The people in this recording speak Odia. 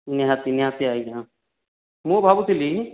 ନିହାତି ନିହାତି ଆଜ୍ଞା ମୁଁ ଭାବୁଥିଲି